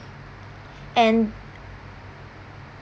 and